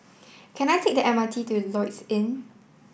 can I take the M R T to Lloyds Inn